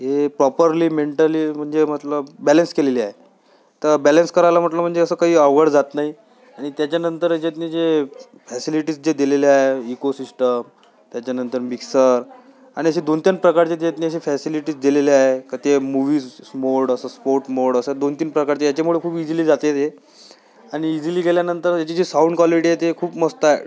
ए properly mentally म्हणजे मतलब balance केलेली आहे तर बॅलन्स करायला म्हटलं म्हणजे जे असं काही अवघड जात नाही आणि त्याच्यानंतर याच्यातले जे फॅसिलिटीज जे दिलेलं आहे इकोसिस्टम त्याच्यानंतर मिक्सर आणि अशा दोन तीन प्रकारचे जे फॅसिलिटीज जे दिलेलं आहे का ते मुव्हीज मोड असं स्पोर्ट मोड असं दोन तीन प्रकारचे याच्यामुळं खूप इझिली जातंय ते आणि इझिली गेल्यानंतर याची जे साऊंड क्वालिटी जे आहे ते खूप मस्त आहे